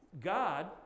God